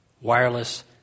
wireless